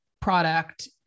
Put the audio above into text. product